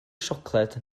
siocled